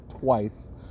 twice